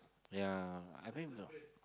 yeah I think the